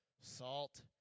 salt